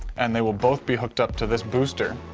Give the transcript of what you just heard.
and they will both be hooked up to this booster,